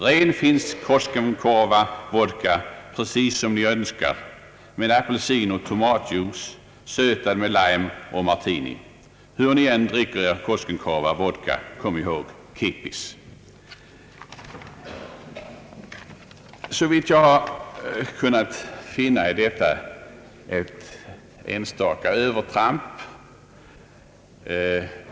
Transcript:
Ren finsk Koskenkorva Vodka precis som Ni önskar: med apelsineller tomatjuice, sötad med lime eller i martini. — Hur Ni än dricker Er Koskenkorva Vodka, kom ihåg: KIPPIS.» Såvitt jag har kunnat finna är detta ett enstaka övertramp.